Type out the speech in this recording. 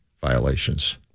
violations